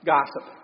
Gossip